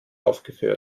aufgeführt